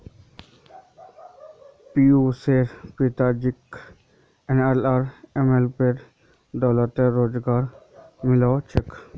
पियुशेर पिताजीक एनएलआरएमेर बदौलत रोजगार मिलील छेक